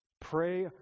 pray